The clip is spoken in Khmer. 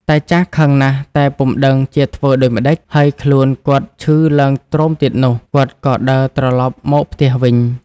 តាចាស់ខឹងណាស់តែពុំដឹងជាធ្វើដូចម្តេច ហើយខ្លួនគាត់ឈឺឡើងទ្រមទៀតនោះ គាត់ក៏ដើរត្រឡប់មកផ្ទះវិញ។